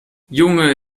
junge